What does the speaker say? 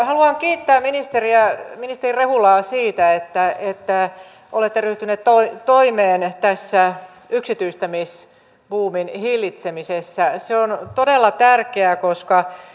haluan kiittää ministeri rehulaa siitä että että olette ryhtynyt toimeen toimeen tässä yksityistämisbuumin hillitsemisessä se on todella tärkeää koska